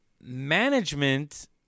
management